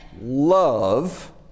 love